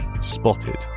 Spotted